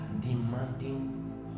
demanding